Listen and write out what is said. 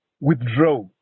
withdraw